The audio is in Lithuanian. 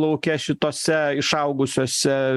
lauke šitose išaugusiose